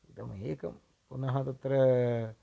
इदमेकं पुनः तत्र